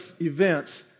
events